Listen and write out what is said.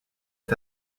est